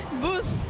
booths?